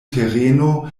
tereno